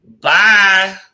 bye